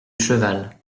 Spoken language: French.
cheval